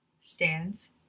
stands